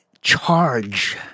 charge